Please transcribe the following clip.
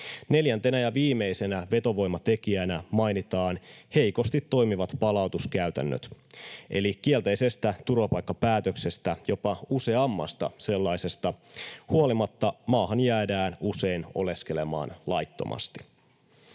Neljäntenä ja viimeisenä vetovoimatekijänä mainitaan heikosti toimivat palautuskäytännöt. Eli kielteisestä turvapaikkapäätöksestä, jopa useammasta sellaisesta, huolimatta maahan jäädään usein oleskelemaan laittomasti.